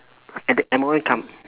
and the M_O_M come